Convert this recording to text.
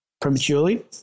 prematurely